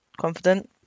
confident